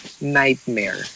nightmare